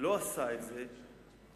לא עשה את זה,